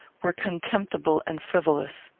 were contemptible and frivolous.